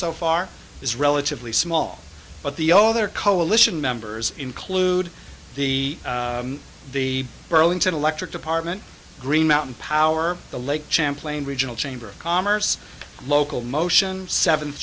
so far is relatively small but the other coalition members include the the burlington electric department green mountain power the lake champlain regional chamber of commerce local motion seventh